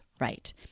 right